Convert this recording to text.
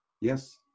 Yes